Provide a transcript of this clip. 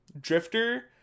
drifter